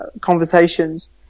conversations